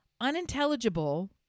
unintelligible